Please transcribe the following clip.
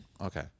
Okay